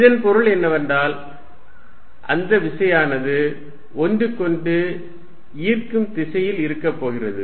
இதன் பொருள் என்னவென்றால் அந்த விசையானது ஒன்றுக்கொன்று ஈர்க்கும் திசையில் இருக்கப் போகிறது